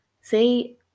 see